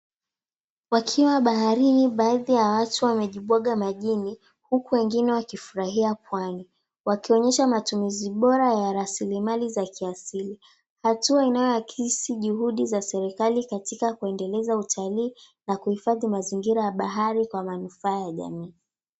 Wakiwa baharini, baadhi ya watu wamejibwaga majini huku wengine wakifurahia Pwani. Wakionyesha matumizi bora ya rasilmali ya kiasili hatua inayoakisi hatua za serikali katika kuendeleza utalii na kuhifadhi mazingira ya bahari kwa manufaa ya jamii.